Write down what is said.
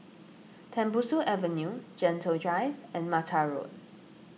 Tembusu Avenue Gentle Drive and Mata Road